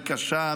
היא קשה,